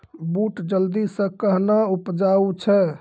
बूट जल्दी से कहना उपजाऊ छ?